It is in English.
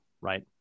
right